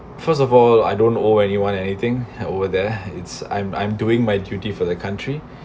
first of all I don't owe anyone anything over there it's I'm I'm doing my duty for the country